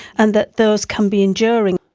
and that those can be enduring.